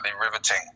riveting